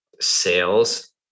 sales